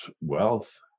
wealth